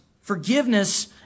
Forgiveness